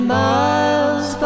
miles